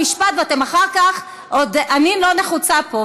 ואחר כך עוד אני לא נחוצה פה,